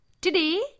Today